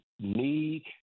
need